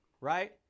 right